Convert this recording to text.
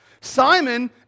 Simon